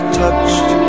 touched